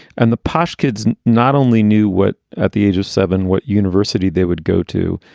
and the posh kids not only knew what. at the age of seven, what university they would go to,